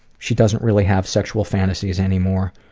she doesn't really have sexual fantasies anymore.